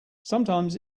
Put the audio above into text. sometimes